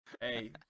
Hey